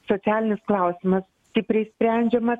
socialinis klausimas stipriai sprendžiamas